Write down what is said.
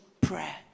prayer